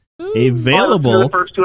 Available